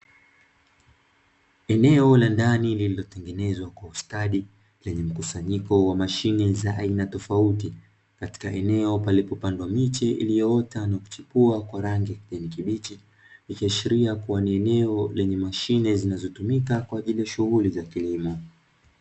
Eneo la ndani lililotengenezwa kwa ustadi, lenye mkusanyiko wa mashine za aina tofauti katika eneo palipopandwa miche iliyoota na kuchipua kwa rangi ya kijani kibichi, ikiashiria kuwa ni eneo lenye mashine zinazotumika kwa ajili ya shughuli za kilimo.